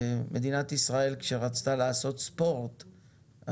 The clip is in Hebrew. מדינת ישראל כשרצתה לעשות ספורט,